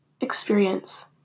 experience